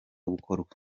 gukorwa